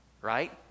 right